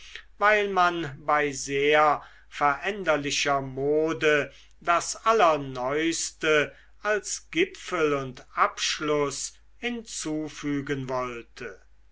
weil man bei sehr veränderlicher mode das allerneueste als gipfel und abschluß hinzufügen wollte